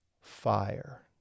fire